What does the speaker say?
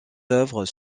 œuvres